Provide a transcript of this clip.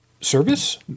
Service